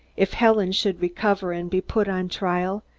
if helen should recover and be put on trial,